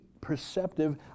perceptive